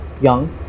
young